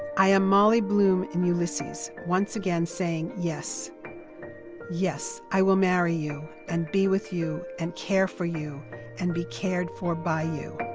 i am molly bloom in ulysses, once again saying yes yes. i will marry you and be with you and care for you and be cared for by you.